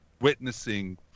witnessing